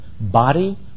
Body